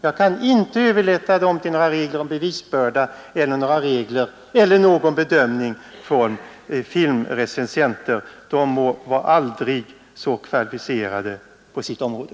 Jag kan inte överlämna den till några regler om bevisbörda eller till någon bedömning från filmrecensenter — de må vara aldrig så kvalificerade på sitt område.